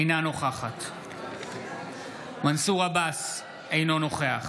אינה נוכחת מנסור עבאס, אינו נוכח